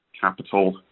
capital